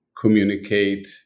communicate